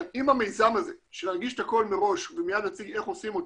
אם המיזם הזה של להנגיש את הכל מראש ומיד נציג איך עושים אותו,